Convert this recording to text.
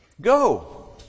Go